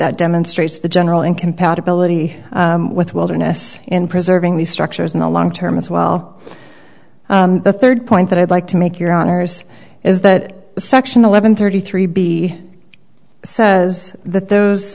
that demonstrates the general and compatibility with wilderness in preserving these structures in the long term as well the third point that i'd like to make your honour's is that section eleven thirty three b says that